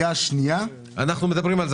שזו המטרה לנסות להוריד את המחירים,